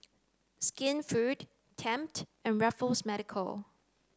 Skinfood Tempt and Raffles Medical